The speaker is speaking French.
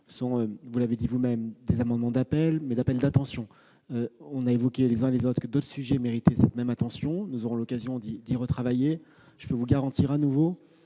sont, vous l'avez dit vous-même, des amendements d'appel, mais d'appel d'attention. Nous avons évoqué les uns et les autres d'autres sujets qui méritaient cette même attention. Nous aurons l'occasion d'y revenir. Je peux vous garantir de nouveau